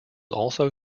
also